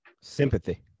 sympathy